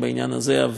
אבל אנחנו מאוד נחושים: